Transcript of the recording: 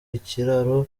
ikiraro